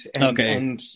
Okay